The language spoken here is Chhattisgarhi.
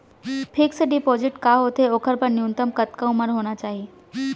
फिक्स डिपोजिट का होथे ओखर बर न्यूनतम कतका उमर होना चाहि?